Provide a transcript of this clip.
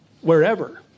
wherever